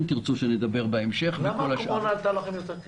אם תרצו שנדבר עליהן בהמשך --- למה הקורונה עלתה לכם יותר כסף?